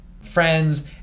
friends